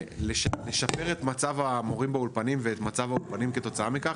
לשפר את מצב המורים באולפנים ואת מצב האולפנים כתוצאה מכך,